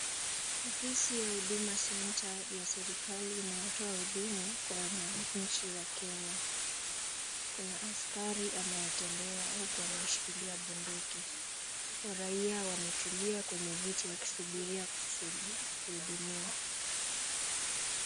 Ofisi ya Huduma Center ya serikali inayotoa hudumu kwa wananchi wa Kenya, kuna askari anayetembea huku ameshikilia bunduki ,raia wametulia kwenye viti wakisubiri kuhudumiwa .